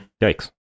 Yikes